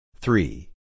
three